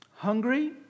Hungry